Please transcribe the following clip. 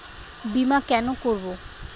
বিমা কেন করব?